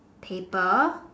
paper